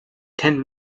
ten